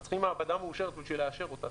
אז צריך מעבדה מאושרת בשביל לאשר אותה.